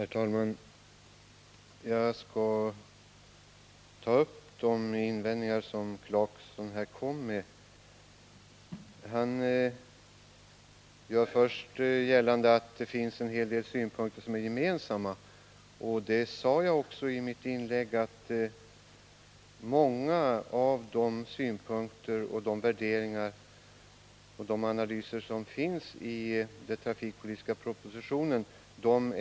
Herr talman! Jag skall ta upp de invändningar som Rolf Clarkson framförde. Han gjorde först gällande att en hel del av synpunkterna på detta område är gemensamma, och jag sade också i mitt inlägg att vi är överens om många av de synpunkter, värderingar och analyser som förekommer i den trafikpolitiska propositionen.